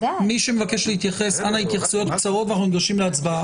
מי שמבקש להתייחס אנא התייחסויות קצרות ואנחנו נגשים להצבעה.